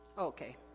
Okay